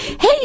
Hey